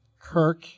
Kirk